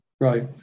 right